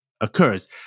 occurs